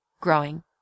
growing